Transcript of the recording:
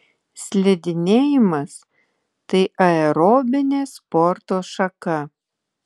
slidinėjimas tai aerobinė sporto šaka